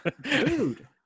dude